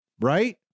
Right